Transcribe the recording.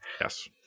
yes